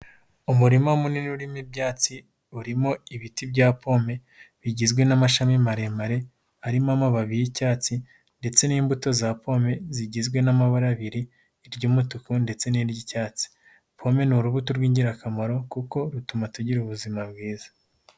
Umurima munini urimo ibyatsi urimo ibiti bya pome bigizwe n'amashami maremare arimo amababi y'icyatsi ndetse n'imbuto za pome zigizwe n'amabara abiri iry'umutuku ndetse n'iry'icyatsi pome ni urubuto rw'ingirakamaro kuko rutuma tugira ubuzima bwiza.